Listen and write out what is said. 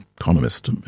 economist